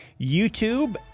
YouTube